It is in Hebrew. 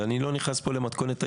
ואני לא נכנס למתכונת האישור.